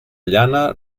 llana